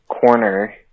corner